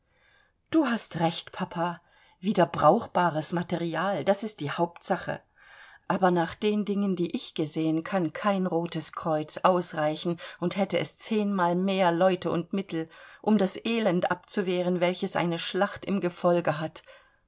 du hast recht papa wieder brauchbares material das ist die hauptsache aber nach den dingen die ich gesehen kann kein rotes kreuz ausreichen und hätte es zehnmal mehr leute und mittel um das elend abzuwehren welches eine schlacht im gefolge hat